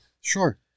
Sure